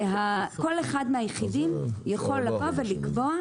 שכל אחד מהיחידים יכול לקבוע,